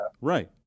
Right